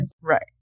Right